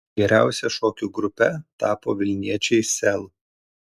geriausia šokių grupe tapo vilniečiai sel